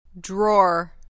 Drawer